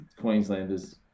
Queenslanders